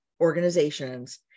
organizations